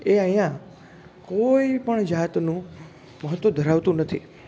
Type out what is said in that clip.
એ અહીંયાં કોઈ પણ જાતનું મહત્વ ધરાવતું નથી